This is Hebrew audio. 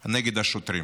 נגד השוטרים.